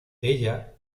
ella